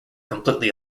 completely